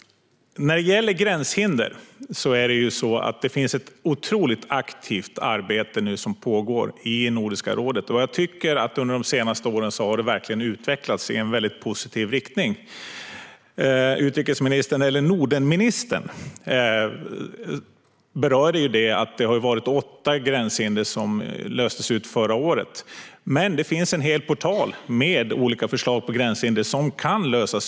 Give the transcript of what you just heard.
I frågan om gränshinder pågår ett otroligt aktivt arbete i Nordiska rådet. Arbetet har verkligen utvecklats i en positiv riktning de senaste åren. Utrikesministern - Nordenministern - berörde att åtta gränshinder löstes förra året, men det finns en hel portal med olika förslag på gränshinder som kan lösas.